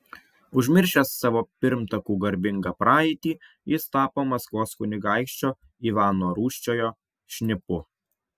užmiršęs savo pirmtakų garbingą praeitį jis tapo maskvos kunigaikščio ivano rūsčiojo šnipu